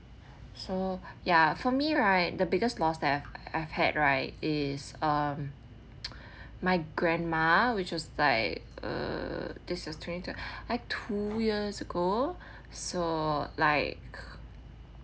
so ya for me right the biggest loss that I've had right is um my grandma which was like uh this is twenty two I two years ago so like